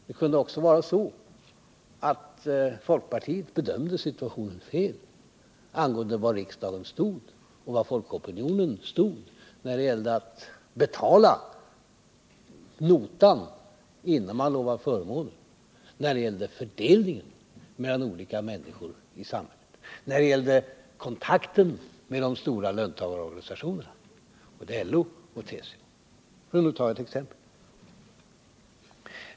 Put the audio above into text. Det kunde också vara så att folkpartiet bedömde situationen fel angående var riksdagen stod och var folkopinionen stod när det gällde att betala notan innan man lovar förmåner, när det gällde fördelningen mellan olika människor i samhället och när det gällde kontakten med de stora löntagarorganisationerna, LO och TCO, för att ta ett exempel.